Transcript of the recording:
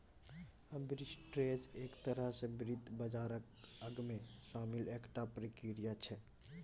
arbitrage एक तरह सँ वित्त बाजारक अंगमे शामिल एकटा प्रक्रिया छै